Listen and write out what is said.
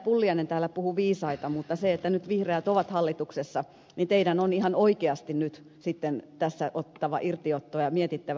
pulliainen täällä puhui viisaita mutta kun nyt vihreät ovat hallituksessa niin teidän on ihan oikeasti tässä otettava irtiotto ja mietittävä